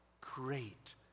great